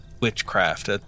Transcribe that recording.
witchcraft